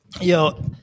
Yo